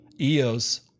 EOS